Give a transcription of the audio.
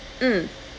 mm